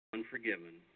Unforgiven